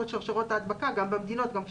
את שרשראות ההדבקה גם במדינות אחרות.